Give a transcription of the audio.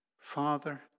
father